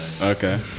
Okay